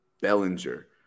Bellinger